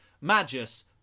Magus